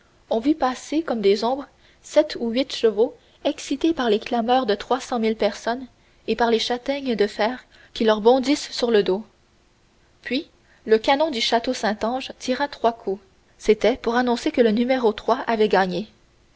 on vit passer comme des ombres sept ou huit chevaux excités par les clameurs de trois cent mille personnes et par les châtaignes de fer qui leur bondissent sur le dos puis le canon du château saint ange tira trois coups c'était pour annoncer que le numéro trois avait gagné